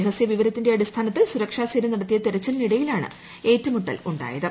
രഹസ്യ വിവരത്തിന്റെ അടിസ്ഥാനത്തിൽ സുരക്ഷാ സേന നടത്തിയ തിരച്ചിലിനിടയിലാണ് ഏറ്റുമുട്ടൽ ഉണ്ടായത്